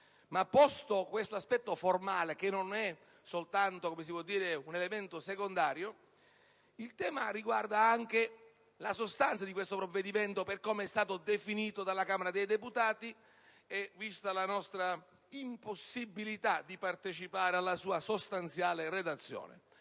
Posto questo aspetto formale, che non è secondario, l'oggetto del mio intervento riguarda anche la sostanza del provvedimento per come è stato definito dalla Camera dei deputati, vista anche la nostra impossibilità di partecipare alla sua sostanziale redazione.